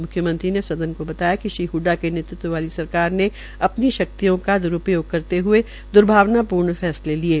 मुख्यमंत्री ने सदन को बताया कि श्री हडडा के नेतृत्व वाली सरकार ने अपनी शक्तियों को द्रूपयोग करते हए द्भावना प्र्व फैसले किये